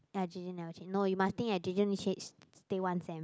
ya J_J never change no you must think that J_J only stay one sem